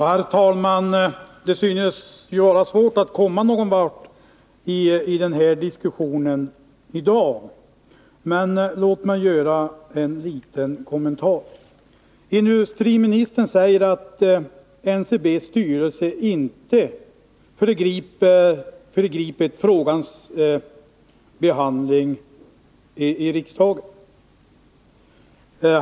Herr talman! Det synes vara svårt att komma någon vart i den här diskussionen i dag. Låt mig ändå göra en liten kommentar. Industriministern säger att NCB:s styrelse inte föregripit riksdagens behandling av frågan.